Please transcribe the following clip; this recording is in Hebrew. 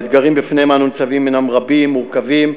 האתגרים שבפניהם אנו ניצבים הנם רבים, מורכבים,